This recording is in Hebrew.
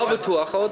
לא בטוח.